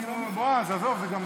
בועז, עזוב.